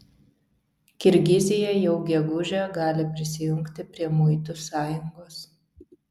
kirgizija jau gegužę gali prisijungti prie muitų sąjungos